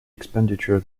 expenditure